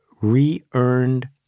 re-earned